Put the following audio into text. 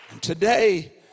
Today